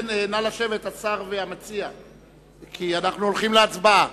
נא לשבת, אנחנו ניגשים להצבעה.